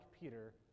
Peter